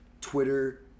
Twitter